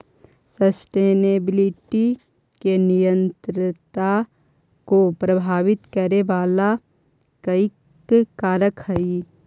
sustainability या निरंतरता को प्रभावित करे वाला कई कारक हई